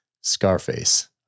Scarface